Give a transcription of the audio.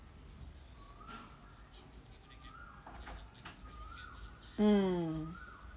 mm